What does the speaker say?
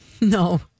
No